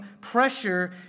pressure